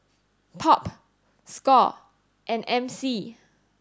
Pop Score and M C